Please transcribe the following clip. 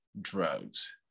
drugs